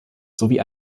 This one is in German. sowie